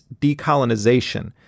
decolonization